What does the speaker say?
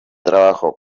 trabajo